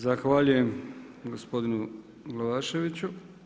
Zahvaljujem gospodinu Glavaševiću.